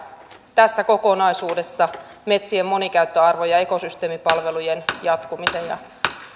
tässä kokonaisuudessa metsien monikäyttöarvoja ekosysteemipalvelujen jatkumisen ja